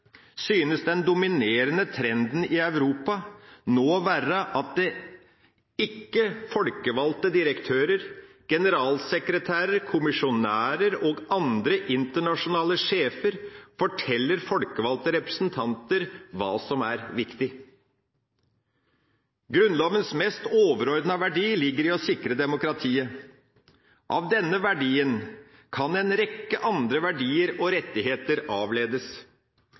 synes den dominerende trenden i Europa nå å være at ikke-folkevalgte – direktører, generalsekretærer, kommisjonærer og andre internasjonale sjefer – forteller folkevalgte representanter hva som er viktig. Grunnlovens mest overordnede verdi ligger i å sikre demokratiet. Av denne verdien kan en rekke andre verdier og rettigheter avledes.